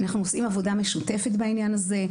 אנחנו עושים עבודה משותפת בעניין הזה.